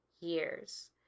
years